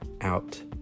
out